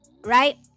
Right